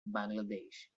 bangladesh